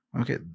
okay